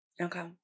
Okay